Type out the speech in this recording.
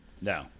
No